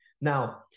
Now